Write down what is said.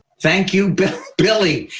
thank you billy,